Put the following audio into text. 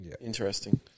Interesting